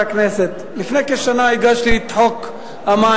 של חבר הכנסת יעקב אדרי.